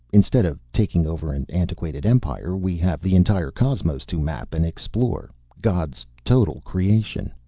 instead of taking over an antiquated empire, we have the entire cosmos to map and explore, god's total creation.